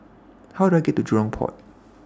How Do I get to Jurong Port